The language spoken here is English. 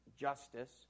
justice